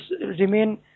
remain